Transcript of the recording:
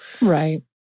Right